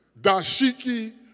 dashiki